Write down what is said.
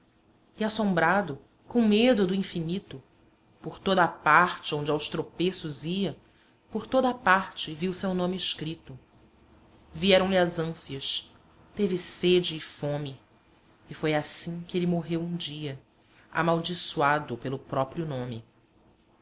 e assombrado com medo do infinito por toda a parte onde aos tropeços ia por toda a parte viu seu nome escrito vieram-lhe as ânsias teve sede e fome e foi assim que ele morreu um dia amaldiçoado pelo próprio nome